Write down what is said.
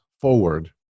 forward